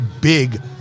big